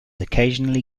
occasionally